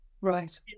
Right